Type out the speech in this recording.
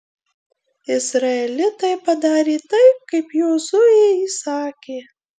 izraelitai padarė taip kaip jozuė įsakė